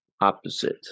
opposite